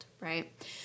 right